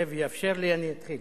כשזאב יאפשר לי אני אתחיל.